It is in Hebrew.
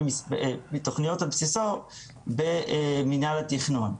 מתוכניות מבסיסו במינהל התכנון.